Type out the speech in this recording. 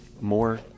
more